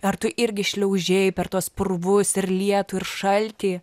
ar tu irgi šliaužei per tuos purvus ir lietų ir šaltį